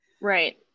Right